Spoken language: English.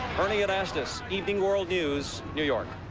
ernie anastos evening world news, new york.